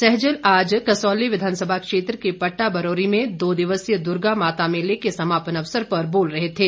सैजल आज कसौली विधानसभा क्षेत्र के पट्टा बरौरी में दो दिवसीय दुर्गा माता मेले के समापन अवसर पर बोल रहे थे